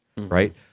right